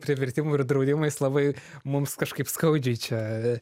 privertimu ir draudimais labai mums kažkaip skaudžiai čia